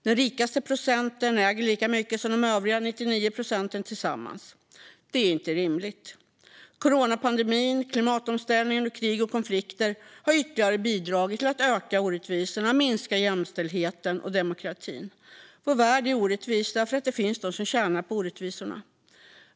Den rikaste procenten äger lika mycket som de övriga 99 procenten tillsammans. Det är inte rimligt. Coronapandemin, klimatomställningen och krig och konflikter har ytterligare bidragit till att öka orättvisorna och minska jämställdheten och demokratin. Vår värld är orättvis därför att det finns de som tjänar på orättvisorna.